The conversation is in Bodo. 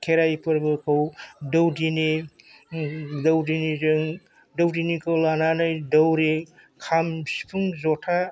खेराइ फोरबोखौ दौदिनिखौ लानानै दौरि खाम सिफुं जथा